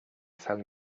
sell